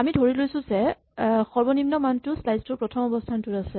আমি ধৰি লৈছো যে সৰ্বনিম্ন মানটো স্লাইচ টোৰ প্ৰথম অৱস্হানটোতে আছে